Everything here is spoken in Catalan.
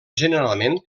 generalment